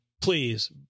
please